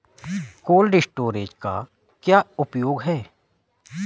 Cold storage का क्या उपयोग है?